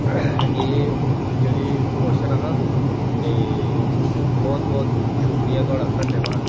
एह् जेह्ड़ी कोशन हा ते बोह्त बोह्त शुक्रिया थुआढ़ा धन्यवाद